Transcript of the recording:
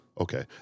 Okay